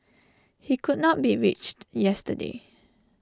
he could not be reached yesterday